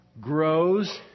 grows